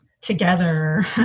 together